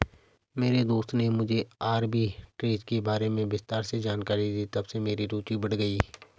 मेरे दोस्त ने मुझे आरबी ट्रेज़ के बारे में विस्तार से जानकारी दी तबसे मेरी रूचि बढ़ गयी